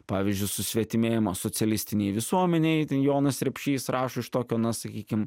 pavyzdžiui susvetimėjimo socialistinėj visuomenėj jonas repšys rašo iš tokio na sakykim